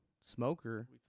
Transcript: smoker